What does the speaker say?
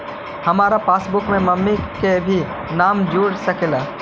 हमार पासबुकवा में मम्मी के भी नाम जुर सकलेहा?